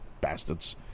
Bastards